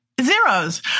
zeros